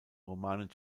romanen